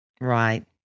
Right